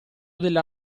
della